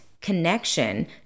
connection